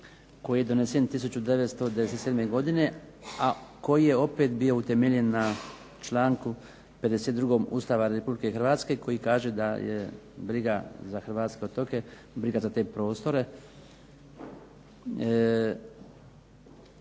koji je donesen 1997. godine, a koji je opet bio utemeljen na članku 52. Ustava Republike Hrvatske, koji kaže da je briga za hrvatske otoke briga za te prostore,